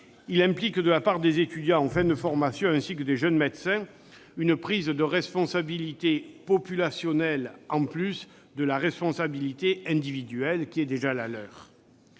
implique, de la part des étudiants en fin de formation, ainsi que des jeunes médecins, une prise de responsabilité populationnelle en plus de la responsabilité individuelle qui est déjà la leur.